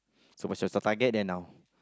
so what's your target then now